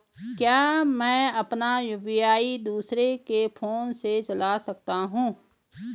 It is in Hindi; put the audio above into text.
क्या मैं अपना यु.पी.आई दूसरे के फोन से चला सकता हूँ?